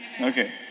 Okay